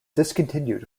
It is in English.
discontinued